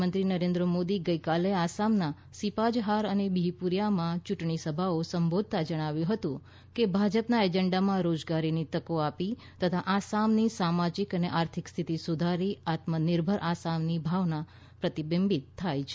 પ્રધાનમંત્રી નરેન્દ્ર મોદીએ ગઈકાલે આસામના સીપાજહાર અને બિહપુરિયામાં યૂંટણી સભાઓ સંબોધતા જણાવ્યું હતું કે ભાજપના એજન્ડામાં રોજગારીની તકો આપી તથા આસામની સામાજિક આર્થિક સ્થિતિ સુધારી આત્મનિર્ભર આસામની ભાવના પ્રતિબિંબીત થાય છે